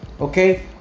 Okay